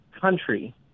country